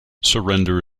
surrender